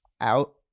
out